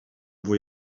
fwy